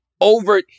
over